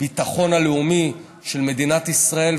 הביטחון הלאומי של מדינת ישראל.